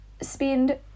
spend